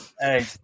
hey